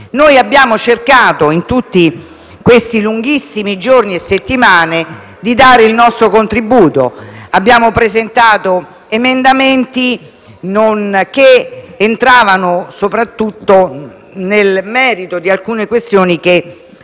Noi abbiamo cercato, in tutti questi lunghissimi giorni e settimane, di dare il nostro contributo. Abbiamo presentato emendamenti che entravano soprattutto nel merito di alcune questioni che